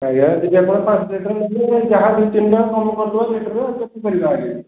ଆଜ୍ଞା ଯଦି ଆପଣ ପାଞ୍ଚ ଲିଟର୍ ନେଲେ ଯାହା ଦୁଇ ତିନି ଟଙ୍କା କମ୍ କରିଦେବା ଲିଟର୍ ଆଉ କେତେ କରିବା ଆଜ୍ଞା